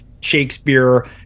Shakespeare